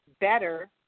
better